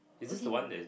okay no